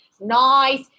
nice